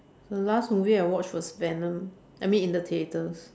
the last movie I watched was venom I mean in the theatres